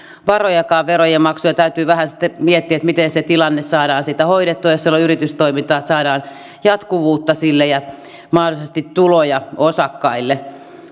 varojakaan verojen maksuun ja täytyy sitten vähän miettiä miten se tilanne saadaan hoidettua ja miten jos siellä on yritystoimintaa saadaan jatkuvuutta sille ja mahdollisesti tuloja osakkaille